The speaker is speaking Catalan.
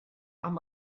amb